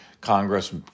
Congress